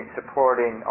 supporting